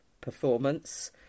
performance